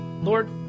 Lord